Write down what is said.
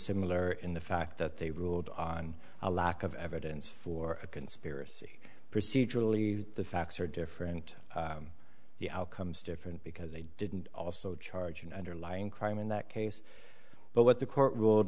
similar in the fact that they ruled on a lack of evidence for a conspiracy procedurally the facts are different the outcomes different because they didn't also charge an underlying crime in that case but what the court ruled